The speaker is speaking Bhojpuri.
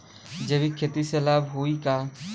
जैविक खेती से लाभ होई का?